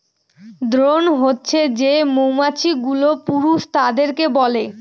drone হছে যে মৌমাছি গুলো পুরুষ তাদেরকে বলে